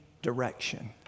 direction